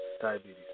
diabetes